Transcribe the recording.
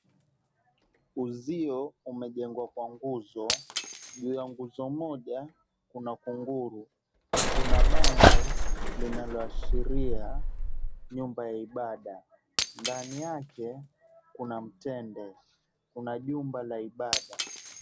Uzio umejengwa kwa nguzo, juu ya nguzo moja kuna kunguru. Kuna bango linaloashiria nyumba ya ibada ndani yake kuna mtende. Kuna jumba la ibada.